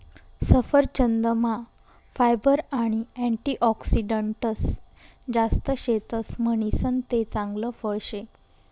सफरचंदमा फायबर आणि अँटीऑक्सिडंटस जास्त शेतस म्हणीसन ते चांगल फळ शे